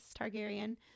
Targaryen